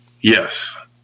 Yes